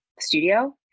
studio